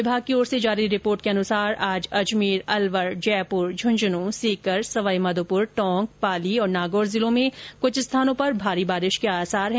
विभाग की ओर से जारी रिपोर्ट के अनुसार आज अजमेर अलवर जयपुर ड्रुंझुनू सीकर सवाई माधोपुर टोंक पाली तथा नागौर जिलों में कुछ स्थानों पर भारी बारिश के आसार हैं